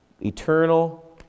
Eternal